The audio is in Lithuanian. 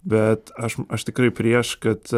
bet aš aš tikrai prieš kad